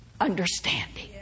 understanding